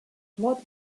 what